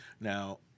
Now